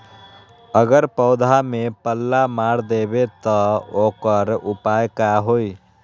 अगर पौधा में पल्ला मार देबे त औकर उपाय का होई?